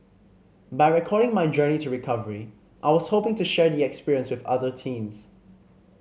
by recording my journey to recovery I was hoping to share the experience with other teens